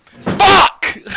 fuck